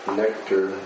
nectar